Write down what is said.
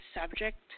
subject